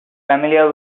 familiar